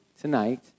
tonight